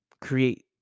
create